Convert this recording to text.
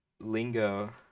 lingo